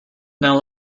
now